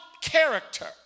character